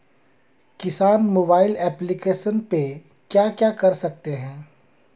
किसान mobile application पे क्या क्या कर सकते हैं?